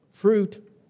Fruit